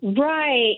Right